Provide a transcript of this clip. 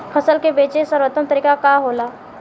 फसल के बेचे के सर्वोत्तम तरीका का होला?